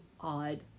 odd